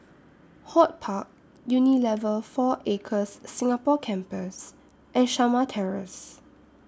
Hort Park Unilever four Acres Singapore Campus and Shamah Terrace